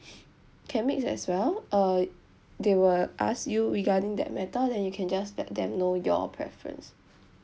can mix as well uh they will ask you regarding that matter then you can just let them know your preference